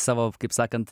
savo kaip sakant